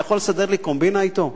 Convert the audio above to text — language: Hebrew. אתה יכול לסדר לי קומבינה אתו?